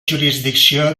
jurisdicció